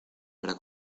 para